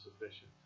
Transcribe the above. sufficient